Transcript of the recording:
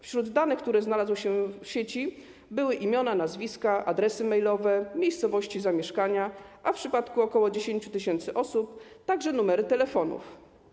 Wśród danych, które znalazły się w sieci, były imiona, nazwiska, adresy mailowe, miejscowości zamieszkania, a w przypadku ok. 10 tys. osób - także numery telefonów.